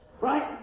right